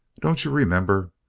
don't you remember?